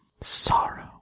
Sorrow